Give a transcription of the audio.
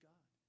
God